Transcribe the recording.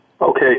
Okay